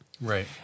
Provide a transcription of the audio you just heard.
Right